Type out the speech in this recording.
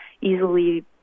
easily